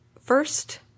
first